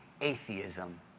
atheism